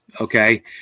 Okay